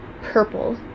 purple